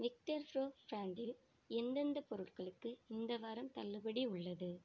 VictorPro பிராண்டில் எந்தெந்தப் பொருட்களுக்கு இந்த வாரம் தள்ளுபடி உள்ளது